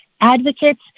advocates